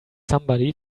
somebody